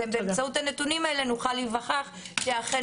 באמצעות הנתונים האלה נוכל להיווכח שאכן